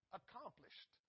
accomplished